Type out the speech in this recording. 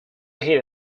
ahead